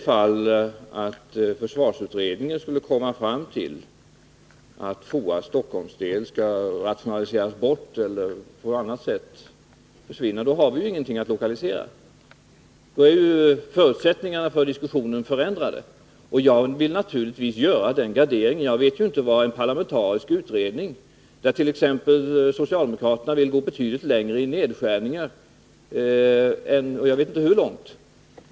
Om försvarsutredningen skulle komma fram till att FOA:s Stockholmsdel skall rationaliseras bort eller på annat sätt försvinna, då har vi ju ingenting att lokalisera och då är förutsättningarna för diskussionen förändrade. Jag vill naturligtvis göra den garderingen. Jag vet inte vad den parlamentariska försvarsutredningen kommer fram till. Socialdemokraterna vill tydligen där gå betydligt längre än andra i fråga om nedskärningar — jag vet inte hur långt.